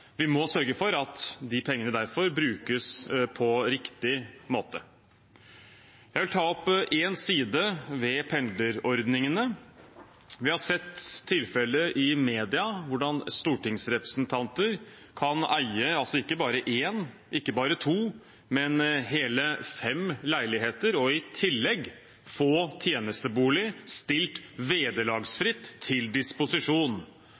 Vi må sørge for at de pengene derfor brukes på riktig måte. Jeg vil ta opp én side ved pendlerordningene. Vi har sett tilfeller i media av hvordan stortingsrepresentanter kan eie ikke bare én, ikke bare to, men hele fem leiligheter, og i tillegg få tjenestebolig stilt verderlagsfritt til disposisjon.